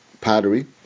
pottery